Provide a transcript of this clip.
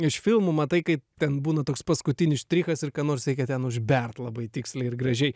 iš filmų matai kai ten būna toks paskutinis štrichas ir ką nors reikia ten užbert labai tiksliai ir gražiai